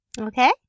Okay